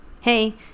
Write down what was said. hey